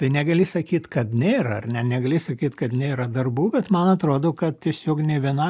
tai negali sakyt kad nėra ar ne negali sakyt kad nėra darbų bet man atrodo kad tiesiog nė vienam